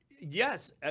Yes